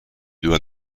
doit